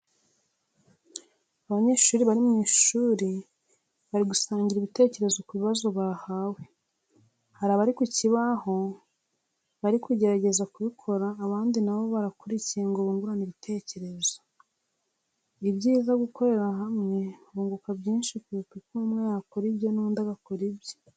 Abanyeshuri bari mu ishuri, bari gusangira ibitekerezo ku bibazo bahawe, hari abari ku kibaho bari kugerageza kubikora abandi nabo barakurikiye ngo bungurane ibitekerezo. Ibyiza gukorera hamwe bunguka byinshi kuruta ko umwe yakora ibye n'undi agakora ibye.